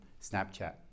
Snapchat